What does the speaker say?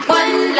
one